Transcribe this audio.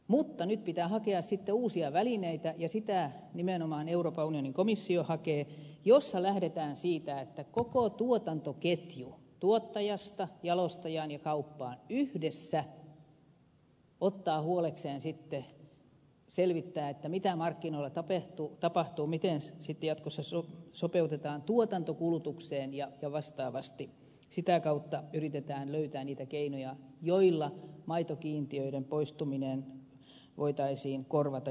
mutta nyt pitää hakea sitten uusia välineitä ja sitä nimenomaan euroopan unionin komissio hakee että lähdetään siitä että koko tuotantoketju tuottajasta jalostajaan ja kauppaan yhdessä ottaa huolekseen selvittää mitä markkinoilla tapahtuu miten jatkossa sopeutetaan tuotanto kulutukseen ja vastaavasti sitä kautta yritetään löytää niitä keinoja joilla maitokiintiöiden poistuminen voitaisiin korvata